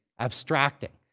abstracting.